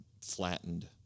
flattened